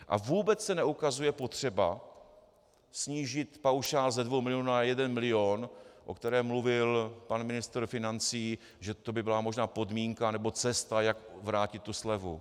A vůbec se neukazuje potřeba snížit paušál ze 2 milionů na 1 milion, o které mluvil pan ministr financí, že to by byla možná podmínka nebo cesta, jak vrátit tu slevu.